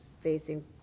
facing